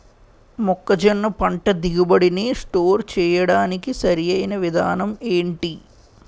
మొక్కజొన్న పంట దిగుబడి నీ స్టోర్ చేయడానికి సరియైన విధానం ఎంటి?